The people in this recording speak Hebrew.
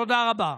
תודה רבה.